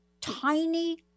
tiny